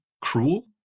cruel